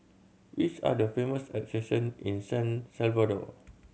which are the famous attraction in San Salvador